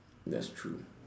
that's true